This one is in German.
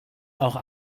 auch